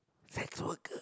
sexual girl